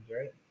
right